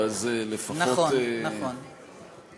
נדמה לי